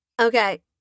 Okay